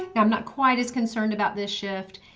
and i'm not quite as concerned about this shift,